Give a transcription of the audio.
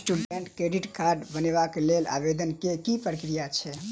Student credit card बनेबाक लेल आवेदन केँ की प्रक्रिया छै?